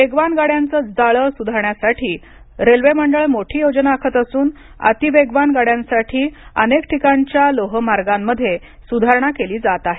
वेगवान गाड्यांच जाळ सुधारण्यासाठी रेल्वे मंडळ मोठी योजना आखत असून अतिवेगवान गाड्यांसाठी अनेक ठिकाणच्या लोहमार्गांमध्ये सुधारणा केली जात आहे